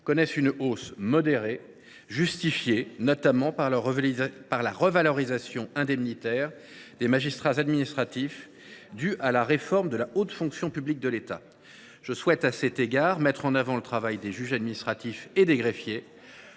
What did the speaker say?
connaissent une hausse modérée, justifiée notamment par la revalorisation indemnitaire des magistrats administratifs due à la réforme de la haute fonction publique de l’État. Je souhaite à cet égard mettre en avant le travail des juges administratifs et des greffiers,